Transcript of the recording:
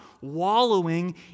wallowing